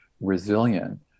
resilient